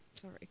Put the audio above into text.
Sorry